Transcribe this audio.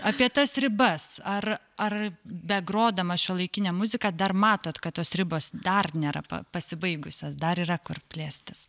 apie tas ribas ar ar begrodamas šiuolaikinę muziką dar matot kad tos ribos dar nėra pa pasibaigusios dar yra kur plėstis